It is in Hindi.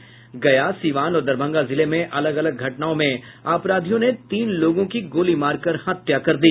गया सीवान और दरभंगा जिले में अलग अलग घटनाओं में अपराधियों ने तीन लोगों की गोली मार कर हत्या कर दी